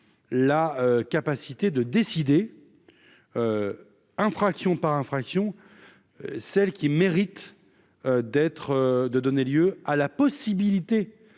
la capacité de décider infraction par infraction, celle qui mérite d'être de donner lieu à la possibilité